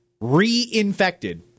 reinfected